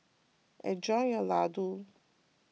enjoy your Ladoo